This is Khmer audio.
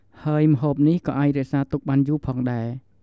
ហើយម្ហូបនេះក៏អាចរក្សាទុកបានយូរផងដែរ។